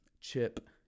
chip